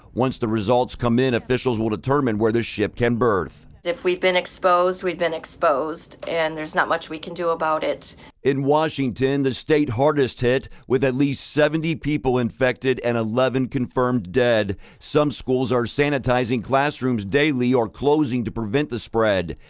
once the results come in, officials will determine where the ship can birth. if we've been exposed, we've been exposed and there's not much we can do about it. remake in washington, the state hardest hit with at least seventy people infected, and eleven confirmed that. some schools are sanitizing classrooms daily, or closing to prevent the spread.